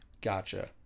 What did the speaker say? Gotcha